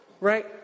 right